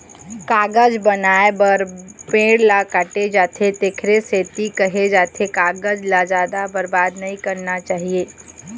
कागज बनाए बर पेड़ ल काटे जाथे तेखरे सेती केहे जाथे कागज ल जादा बरबाद नइ करना चाही